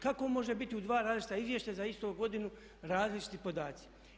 Kako može biti u dva različita izvješća za istu godinu različiti podaci?